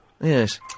Yes